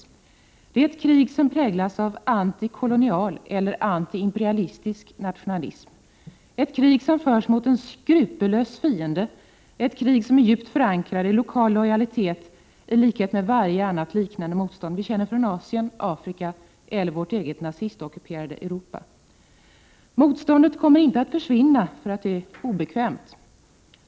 Det är ett krig som präglas av antikolonial eller antiimperialistisk nationalism, ett krig som förs mot en skrupellös fiende, ett krig som är djupt förankrat i lokal lojalitet i likhet med varje annat liknande motstånd vi känner från Asien, Afrika eller vårt eget nazistockuperade Europa. Motståndet kommer inte att försvinna för att det är obekvämt.